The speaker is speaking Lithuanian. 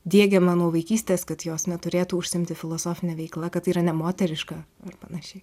diegiama nuo vaikystės kad jos neturėtų užsiimti filosofine veikla kad tai yra nemoteriška ir panašiai